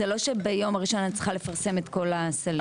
זה לא שביום הראשון אני צריכה לפרסם את כל הסלים.